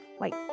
Wait